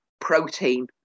protein